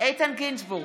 איתן גינזבורג,